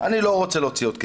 אני לא רוצה להוציא עוד כסף.